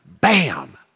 Bam